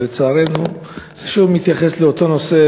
ולצערנו זה שוב מתייחס לאותו נושא